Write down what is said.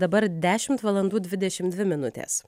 dabar dešimt valandų dvidešimt dvi minutės